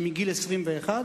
שמגיל 21,